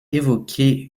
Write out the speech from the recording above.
évoqué